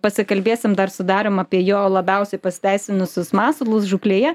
pasikalbėsim dar su darium apie jo labiausiai pasiteisinusius masalus žūklėje